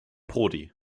prodi